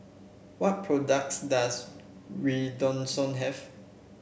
what products does Redoxon have